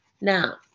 Now